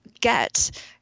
get